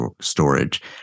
storage